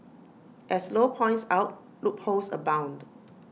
as low points out loopholes abound